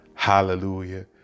hallelujah